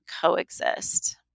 coexist